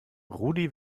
rudi